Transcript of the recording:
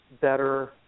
better